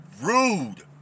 rude